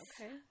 Okay